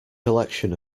collection